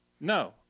No